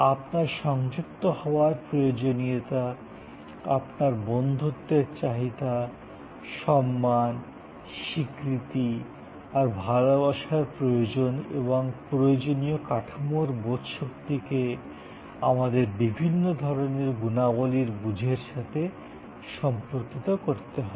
আপনার সংযুক্ত হওয়ার প্রয়োজনীয়তা আপনার বন্ধুত্বের চাহিদা সম্মান স্বীকৃতি আর ভালবাসার প্রয়োজন এবং প্রয়োজনীয় কাঠামোর বোধশক্তিকে আমাদের বিভিন্ন ধরণের গুণাবলীর বুঝের সাথে সম্পর্কিত করতে হবে